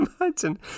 imagine